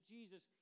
Jesus